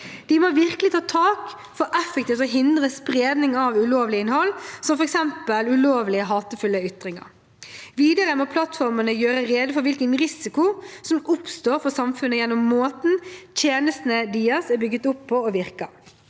De må virkelig ta tak for effektivt å hindre spredning av ulovlig innhold, som f.eks. ulovlige hatefulle ytringer. Videre må plattformene gjøre rede for hvilken risiko som oppstår for samfunnet gjennom måten tjenestene deres er bygd opp og virker